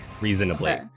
reasonably